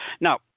Now